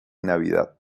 navidad